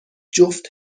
جفت